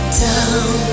down